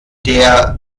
der